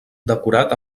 decorat